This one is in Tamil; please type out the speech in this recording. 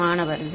மாணவர் 0